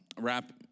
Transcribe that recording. wrap